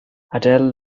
adele